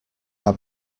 are